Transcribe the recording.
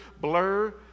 blur